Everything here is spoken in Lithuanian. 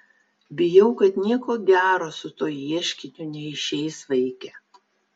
bijau kad nieko gero su tuo ieškiniu neišeis vaike